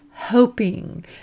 hoping